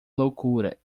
loucura